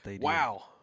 wow